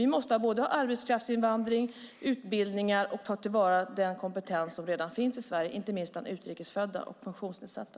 Vi måste ha både arbetskraftsinvandring och utbildningar och vi måste ta till vara den kompetens som redan finns i Sverige, inte minst bland utrikes födda och funktionsnedsatta.